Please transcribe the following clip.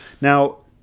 Now